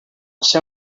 ser